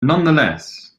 nonetheless